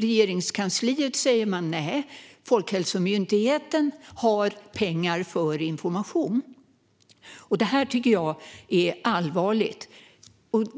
Regeringskansliet säger att Folkhälsomyndigheten har pengar för information. Det här tycker jag är allvarligt.